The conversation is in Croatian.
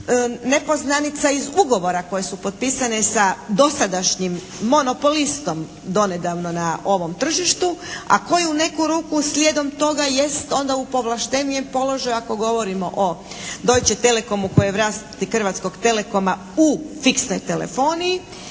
nepoznanica iz ugovora koje su potpisane sa dosadašnjim monopolistom donedavno na ovom tržištu, a koji u neku ruku slijedom toga jest onda u povlaštenijem položaju ako govorimo o Deutsche Telekomu koji je vlasnik Hrvatskog telekoma u fiksnoj telefoniji.